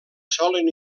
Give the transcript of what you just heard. solen